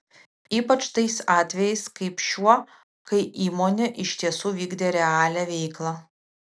ypač tais atvejais kaip šiuo kai įmonė iš tiesų vykdė realią veiklą